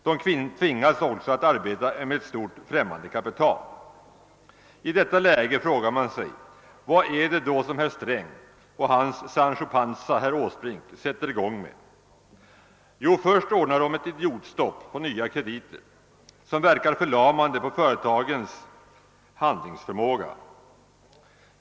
De tvingas också att arbeta med ett stort främmande kapital. | I detta läge frågar man sig då vad det är som herr Sträng och hans Sancho Panza herr Åsbrink sätter i gång med? Jo, först ordnar de. med ett idiotstopp på nya krediter, som verkar förlamande på företagens handlingsförmåga.